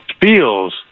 feels